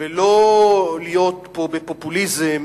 וללא פופוליזם